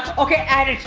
okay, add it.